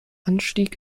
anstieg